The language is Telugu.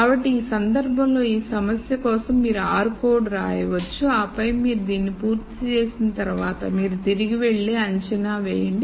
కాబట్టి ఈ సందర్భంలో ఈ సమస్య కోసం మీరు r కోడ్ రాయవచ్చు ఆపై మీరు దీన్ని పూర్తి చేసిన తర్వాత మీరు తిరిగి వెళ్లి ఊహను అంచనా వేయండి